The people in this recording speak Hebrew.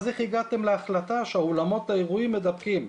אז איך הגעתם להחלטה שאולמות האירועים מדבקים?